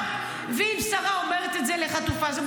--- להפך, כשהגעתי לאופקים גם הרמתי לך טלפון.